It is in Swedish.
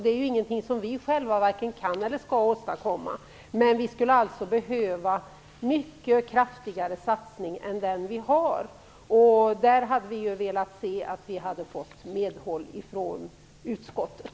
Det är ingenting som vi själva varken kan eller skall få fram. Men vi skulle alltså behöva göra en mycket kraftigare satsning än vad vi gör. Vi hade gärna velat se att vi hade fått medhåll från utskottet.